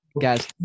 Guys